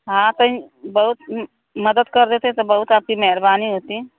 हाँ तो बहुत मदद कर देते तो बहुत आपकी मेहरबानी होती